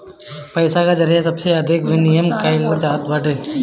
पईसा के जरिया से सबसे अधिका विमिमय कईल जात बाटे